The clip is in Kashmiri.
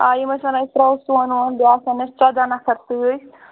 آ یِم أسۍ وَنان أسۍ ترٛاوو سۅن وۅن بیٚیہِ آسَن اَسہِ ژۄداہ نَفر سۭتۍ